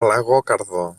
λαγόκαρδο